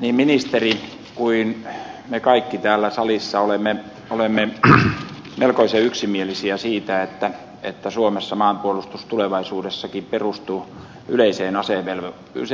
niin ministeri kuin me kaikki täällä salissa olemme melkoisen yksimielisiä siitä että suomessa maanpuolustus tulevaisuudessakin perustuu